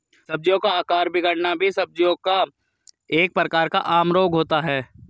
सब्जियों का आकार बिगड़ना भी सब्जियों का एक प्रकार का आम रोग होता है